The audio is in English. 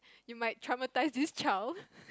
you might traumatise this child